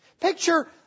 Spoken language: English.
Picture